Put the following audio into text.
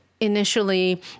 initially